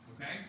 Okay